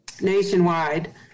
nationwide